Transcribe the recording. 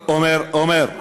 עמר,